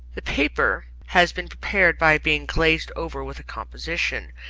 the paper has been prepared by being glazed over with a composition,